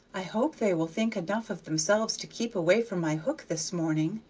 i hope they will think enough of themselves to keep away from my hook this morning,